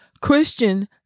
Christian